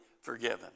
forgiven